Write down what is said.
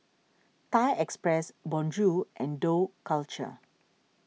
Thai Express Bonjour and Dough Culture